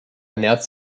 ernährt